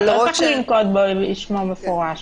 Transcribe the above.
לא צריך לנקוב בשמו באופן מפורש,